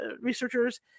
researchers